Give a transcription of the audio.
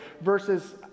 versus